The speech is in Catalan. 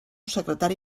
secretari